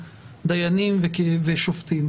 דיינים ושופטים,